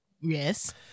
Yes